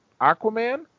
Aquaman